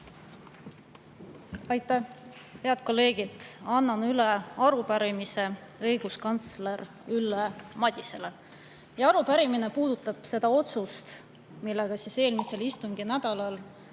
Aitäh! Head kolleegid! Annan üle arupärimise õiguskantsler Ülle Madisele. Arupärimine puudutab seda otsust, millega eelmisel istunginädalal